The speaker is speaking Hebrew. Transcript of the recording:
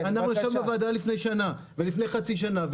אנחנו ישבנו בוועדה לפני שנה ולפני חצי שנה,